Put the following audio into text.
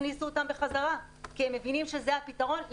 הכניסו את זה בחזרה כי הם מבינים שזה הפתרון,